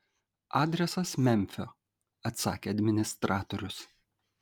adresas memfio atsakė administratorius